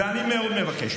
אבל עולים זה לא קשור.